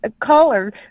caller